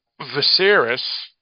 Viserys